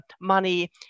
money